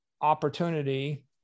opportunity